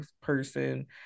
person